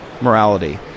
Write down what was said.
morality